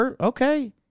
okay